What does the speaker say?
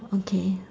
okay